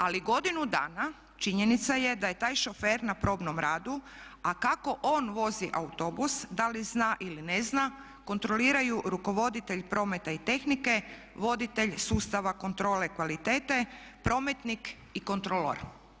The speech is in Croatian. Ali godinu dana činjenica je da je taj šofer na probnom radu, a kako on vozi autobus, da li zna ili ne zna kontroliraju rukovoditelj prometa i tehnike, voditelj sustava kontrole kvalitete, prometnik i kontrolor.